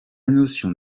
notion